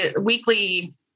weekly